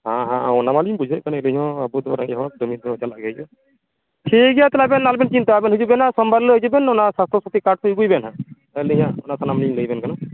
ᱦᱟᱸ ᱦᱟᱸ ᱚᱱᱟ ᱢᱟᱞᱤᱧ ᱵᱩᱡᱷᱟᱹᱣᱮᱫ ᱠᱟᱱ ᱟᱞᱤᱧᱦᱚᱸ ᱟᱵᱚ ᱫᱚ ᱨᱮᱜᱮᱸᱡ ᱦᱚᱲ ᱠᱟᱹᱢᱤ ᱫᱚ ᱪᱟᱞᱟᱜ ᱜᱮ ᱦᱩᱭᱩᱜᱼᱟ ᱴᱷᱤᱠᱜᱮᱭᱟ ᱛᱚᱵᱮ ᱟᱵᱮᱱ ᱟᱞᱚᱵᱮᱱ ᱪᱤᱱᱛᱟᱹᱜᱼᱟ ᱟᱵᱮᱱ ᱦᱤᱡᱩᱜ ᱵᱮᱱᱟ ᱥᱳᱢᱵᱟᱨ ᱦᱤᱞᱳᱜ ᱦᱤᱡᱩᱜ ᱵᱮᱱ ᱚᱱᱟ ᱥᱟᱥᱛᱷᱚ ᱥᱟᱛᱷᱤ ᱠᱟᱨᱰ ᱠᱚ ᱟᱹᱜᱩᱭᱵᱮᱱ ᱦᱟᱸᱜ ᱮᱱᱦᱤᱞᱳᱜ ᱜᱮ ᱦᱟᱸᱜ ᱚᱱᱟ ᱥᱟᱱᱟᱢᱞᱤᱧ ᱞᱟᱹᱭᱵᱮᱱ ᱠᱟᱱᱟ